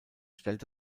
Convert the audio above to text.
stellt